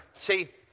See